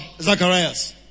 Zacharias